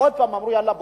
עוד פעם אומרים: יאללה,